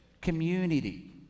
community